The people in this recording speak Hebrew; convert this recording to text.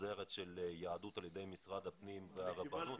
חוזרת של יהדות על ידי משרד הפנים והרבנות.